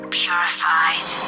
purified